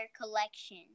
collection